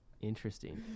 Interesting